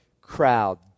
crowd